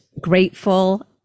grateful